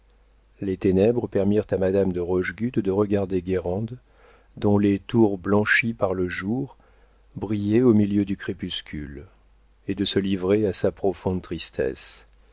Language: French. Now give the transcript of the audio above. les ténèbres permirent à madame de rochegude de regarder guérande dont les tours blanchies par le jour brillaient au milieu du crépuscule et de se livrer à sa profonde tristesse